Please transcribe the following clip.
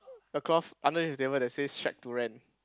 across under his table that say shack to rent